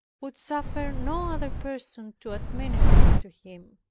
would suffer no other person to administer to him.